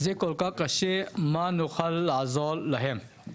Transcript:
זה כל כך קשה, מה נוכל לעזור להם?